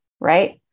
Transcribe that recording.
Right